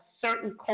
certain